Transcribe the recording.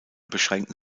beschränken